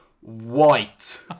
white